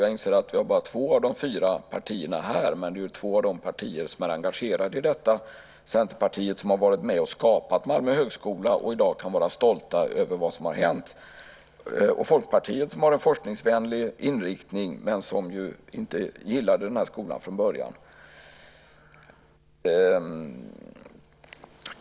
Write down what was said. Jag inser att vi bara har två av de fyra partierna här, men det är två av de partier som är engagerade i detta. Centerpartiet har varit med och skapat Malmö högskola och kan i dag vara stolta över vad som har hänt. Och Folkpartiet har en forskningsvänlig inriktning men gillade inte den här skolan från början.